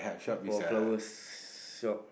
for flowers shop